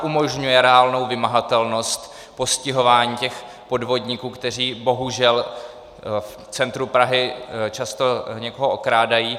Umožňuje reálnou vymahatelnost postihování těch podvodníků, kteří bohužel v centru Prahy často někoho okrádají.